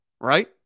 Right